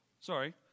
sorry